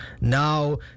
now